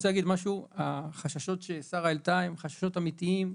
החששות ששרה העלתה הם חששות אמיתיים,